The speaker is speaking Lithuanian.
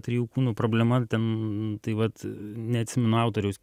trijų kūnų problema ten tai vat neatsimenu autoriaus